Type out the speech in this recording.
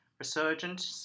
Resurgent